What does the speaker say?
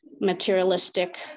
materialistic